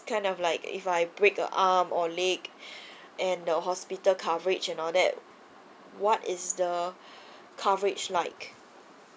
kind of like if I break a arm or leg and the hospital coverage and all that what is the coverage like